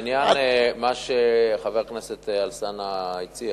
לעניין מה שחבר הכנסת אלסאנע הציע,